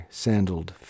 sandaled